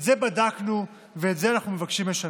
את זה בדקנו ואת זה אנחנו מבקשים לשנות.